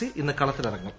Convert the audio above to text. C ഇന്ന് കളത്തിലിറങ്ങും